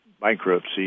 bankruptcy